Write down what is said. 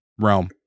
realm